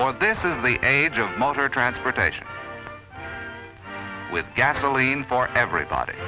or this is the age of modern transportation with gasoline for everybody